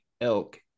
elk